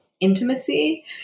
intimacy